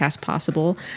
possible